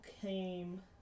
came